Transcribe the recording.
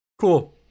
Cool